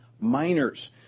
minors